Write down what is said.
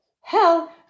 Hell